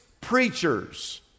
preachers